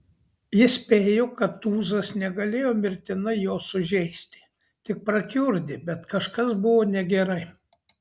jis spėjo kad tūzas negalėjo mirtinai jo sužeisti tik prakiurdė bet kažkas buvo negerai